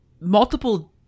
multiple